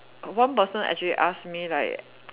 one person actually ask me like